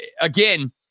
Again